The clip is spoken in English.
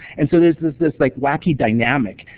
and so there's this this like wacky dynamic,